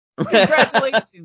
congratulations